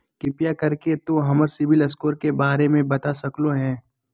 कृपया कर के तों हमर सिबिल स्कोर के बारे में बता सकलो हें?